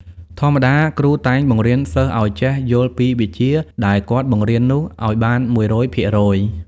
ធម្មតា គ្រូតែងបង្រៀនសិស្សឲ្យចេះយល់ពីវិជ្ជាដែលគាត់បង្រៀននោះ ឲ្យបាន១០០ភាគរយ ។